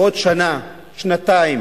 בעוד שנה-שנתיים